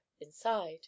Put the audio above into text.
inside